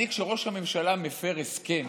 כשראש הממשלה מפר הסכם